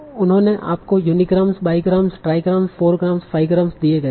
उन्होंने आपको unigrams bigrams trigrams 4ग्राम्स 5ग्राम्स दिए गए है